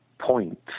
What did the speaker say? point